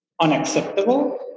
unacceptable